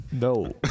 No